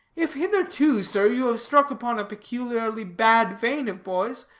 if hitherto, sir, you have struck upon a peculiarly bad vein of boys,